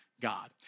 God